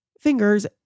fingers